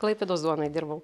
klaipėdos duonoj dirbau